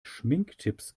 schminktipps